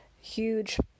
huge